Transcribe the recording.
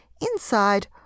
inside